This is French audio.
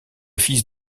fils